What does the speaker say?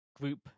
group